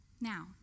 Now